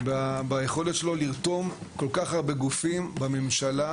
ביכולת שלו לרתום כל כך הרבה גופים בממשלה